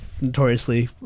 notoriously